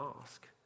ask